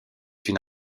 une